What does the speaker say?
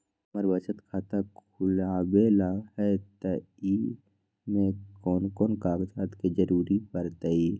हमरा बचत खाता खुलावेला है त ए में कौन कौन कागजात के जरूरी परतई?